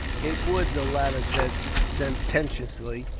it would, the latter said sententiously,